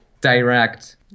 direct